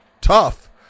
tough